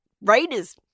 Raiders